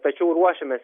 tačiau ruošiamės